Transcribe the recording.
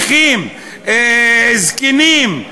זקנים,